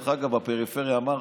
בפריפריה, אמרתי,